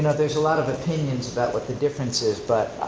and there's a lot of opinions about what the difference is, but